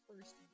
first